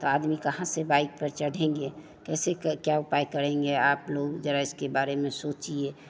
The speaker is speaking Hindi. तो आदमी कहाँ से बाइक़ पर चढ़ेंगे कैसे क्या उपाय करेंगे आपलोग जरा इसके बारे में जरा सोचिए